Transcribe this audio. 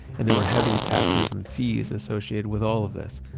and there were heavy taxes and fees associated with all of this.